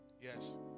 Yes